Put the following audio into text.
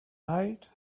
night